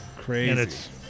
Crazy